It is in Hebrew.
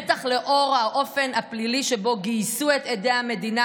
בטח לאור האופן הפלילי שבו גייסו את עדי המדינה,